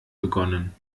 begonnen